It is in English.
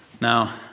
Now